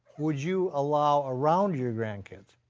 would you allow around your grandkids?